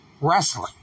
wrestling